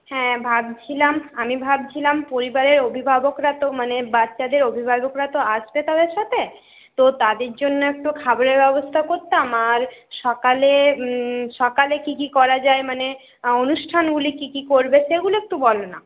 হ্যাঁ ভাবছিলাম আমি ভাবছিলাম পরিবারের অভিভাবকরা তো মানে বাচ্চাদের অভিভাবকরা তো আসবে তাদের সাথে তো তাদের জন্য একটু খাবারের ব্যবস্থা করতাম আর সকালে সকালে কি কি করা যায় মানে অনুষ্ঠানগুলি কি কি করবে সেগুলো একটু বলো না